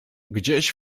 gdzieś